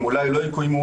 אולי לא יקוימו,